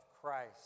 Christ